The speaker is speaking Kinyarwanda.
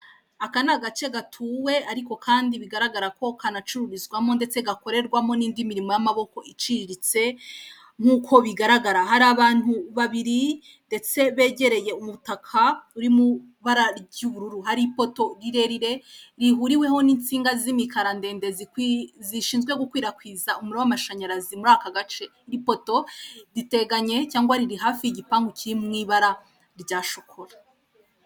Aka ni agace gatuwe ariko kandi bigaragara ko kanacururizwamo ndetse gakorerwamo n'indi mirimo y'amaboko iciciriritse nkuko bigaragara, hari abantu babiri ndetse begereye umutaka uri mu ibara ry'ubururu hari ipoto rirerire rihuriweho n'insinga z'imikara ndende zishinzwe gukwirakwiza umuriro w'amashanyarazi muri aka gace iri poto riteganye cyangwa riri hafi y'igipangu kiri mu ibara rya chocolat.